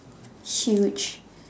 huge